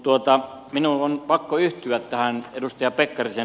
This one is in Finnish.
mutta minun on pakko yhtyä tähän edustaja pekkarisen